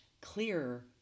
clearer